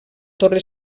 torre